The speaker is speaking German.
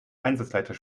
einsatzleiter